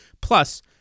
Plus